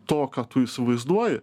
to ką tu įsivaizduoji